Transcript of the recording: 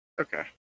Okay